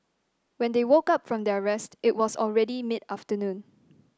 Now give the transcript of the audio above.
when they woke up from their rest it was already mid afternoon